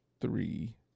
three